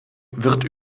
wird